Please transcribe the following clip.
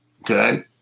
Okay